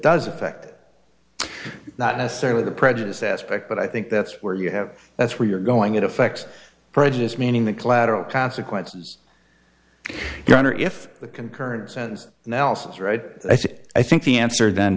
does affect not necessarily the prejudice aspect but i think that's where you have that's where you're going it affects prejudice meaning the collateral consequences your honor if the concurrence and nelson is right i think i think the answer then